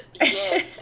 yes